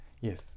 Yes